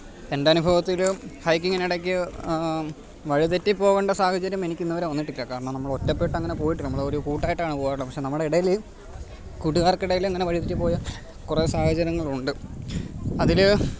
എൻ്റെ അനുഭവത്തിൽ ഹൈക്കിങ്ങിനിടയ്ക്ക് വഴിതെറ്റി പോകേണ്ട സാഹചര്യം എനിക്ക് ഇന്ന് വരെ വന്നിട്ടില്ല കാരണം നമ്മൾ ഒറ്റപ്പെട്ട് അങ്ങനെ പോയിട്ടില്ല നമ്മൾ ഒരു കൂട്ടായിട്ടാണ് പോവാറ് പക്ഷേ നമ്മുടെ ഇടയിൽ കൂട്ടുകാർക്കിടയിൽ ഇങ്ങനെ വഴി തെറ്റി പോയ കുറേ സാഹചര്യങ്ങൾ ഉണ്ട് അതിൽ